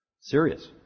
Serious